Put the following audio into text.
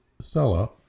Stella